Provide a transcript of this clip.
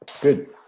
Good